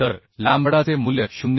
तर लॅम्बडाचे मूल्य 0